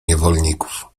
niewolników